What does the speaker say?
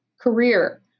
career